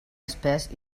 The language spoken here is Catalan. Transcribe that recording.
espés